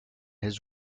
his